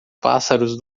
pássaros